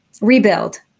rebuild